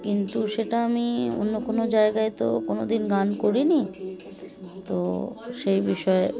কিন্তু সেটা আমি অন্য কোনো জায়গায় তো কোনো দিন গান করিনি তো সেই বিষয়ে